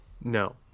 No